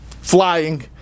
flying